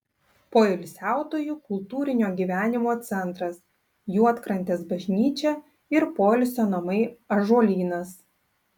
poilsiautojų kultūrinio gyvenimo centras juodkrantės bažnyčia ir poilsio namai ąžuolynas